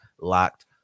locked